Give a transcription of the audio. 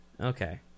Okay